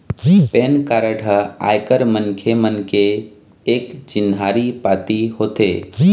PAN card ह आयकर मनखे मन के एक चिन्हारी पाती होथे